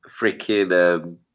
Freaking